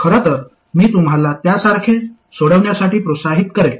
खरं तर मी तुम्हाला त्यासारखे सोडवण्यासाठी प्रोत्साहित करेन